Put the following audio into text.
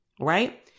right